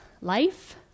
life